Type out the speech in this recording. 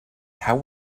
how